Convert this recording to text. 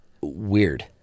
weird